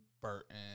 Burton